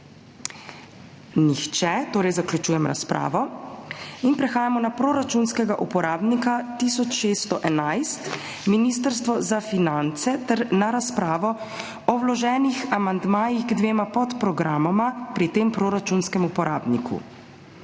Nihče. Torej zaključujem razpravo. Prehajamo na proračunskega uporabnika 1611 Ministrstvo za finance ter na razpravo o vloženih amandmajih k dvema podprogramoma pri tem proračunskem uporabniku.